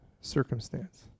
circumstance